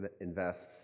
invests